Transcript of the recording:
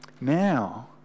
Now